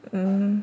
mm